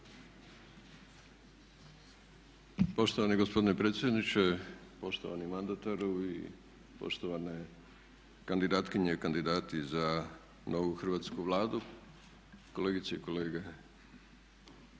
Poštovani gospodine predsjedniče, poštovani mandataru i poštovane kandidatkinje i kandidati za novu Hrvatsku vladu, kolegice i kolege